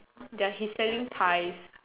ya he's selling pies